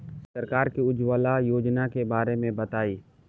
सरकार के उज्जवला योजना के बारे में बताईं?